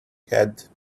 had